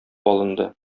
алынды